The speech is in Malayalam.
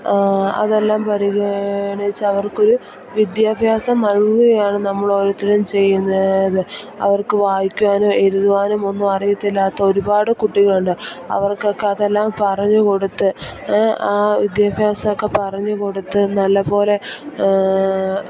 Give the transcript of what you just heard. അതെല്ലാം പരിഗണിച്ച് അവർക്കൊരു വിദ്യാഭ്യാസം നൽകുകയാണ് നമ്മളോരോരുത്തരും ചെയ്യുന്നത് അവർക്ക് വായിക്കുവാനും എഴുതുവാനും ഒന്നും അറിയില്ലാത്ത ഒരുപാട് കുട്ടികളുണ്ട് അവർക്കൊക്കെ അതെല്ലാം പറഞ്ഞുകൊടുത്ത് ആ വിദ്യാഭ്യാസമൊക്കെ പറഞ്ഞുകൊടുത്ത് നല്ലതുപോലെ